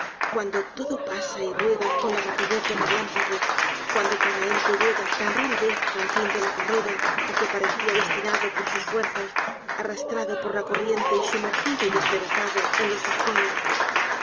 cuando todo pasa y rueda con la rapidez del relámpago cuando cada ente llega tan rara vez al fin de la carrera á que parecía destinado por sus fuerzas arrastrado por la corriente y sumergido y despedazado en los escollos